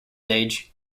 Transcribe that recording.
age